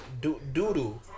Doodoo